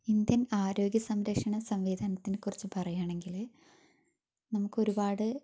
Indian ആരോഗ്യ സംരക്ഷണ സംവിധാനത്തിനെ കുറിച്ച് പറയുവാണെങ്കില് നമുക്കൊരു പാട്